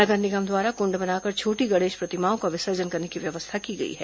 नगर निगम द्वारा कुण्ड बनाकर छोटी गणेश प्रतिमाओं का विसर्जन करने की व्यवस्था की गई है